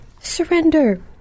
Surrender